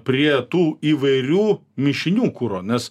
prie tų įvairių mišinių kuro nes